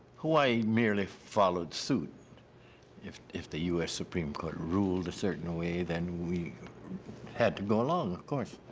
hawai'i merely followed suit if if the u s. supreme court ruled a certain way, then we had to go along, of course.